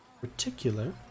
particular